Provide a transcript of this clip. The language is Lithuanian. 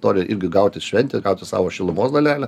nori irgi gauti šventę gauti savo šilumos dalelę